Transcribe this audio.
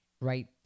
right